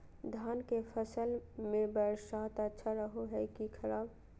धान के फसल में बरसात अच्छा रहो है कि खराब?